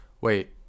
Wait